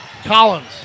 Collins